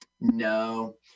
No